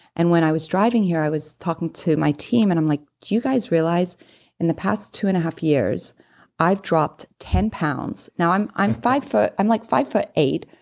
and when i was driving here i was talking to my team and i'm like, do you guys realize in the past two and a half years i've dropped ten pounds. now i'm i'm five foot, i'm like five foot eight.